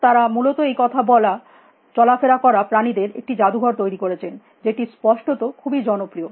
তারা মূলত এই কথা বলা চলা ফেরা করা প্রাণীদের একটি জাদুঘর তৈরী করেছেন যেটি স্পষ্টত খুবই জনপ্রিয়